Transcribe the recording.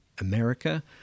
America